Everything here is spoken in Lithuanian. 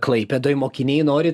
klaipėdoj mokiniai nori